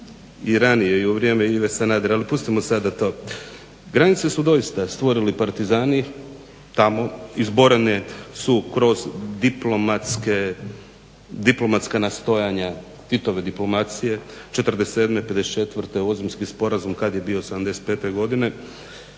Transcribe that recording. i ranije i u vrijeme Ive Sanadera ali pustimo sada to. Granice su doista stvorili partizani tamo, izborene su kroz diplomatska nastojanja Titove diplomacije, '47., '54. … sporazum kad je bio '75. godine.